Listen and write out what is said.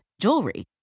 jewelry